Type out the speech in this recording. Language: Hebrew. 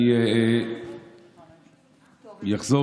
גם בדיון הזה, אני מזכיר